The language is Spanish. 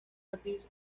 asís